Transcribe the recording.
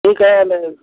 ठीक है मैं